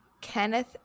kenneth